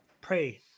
pray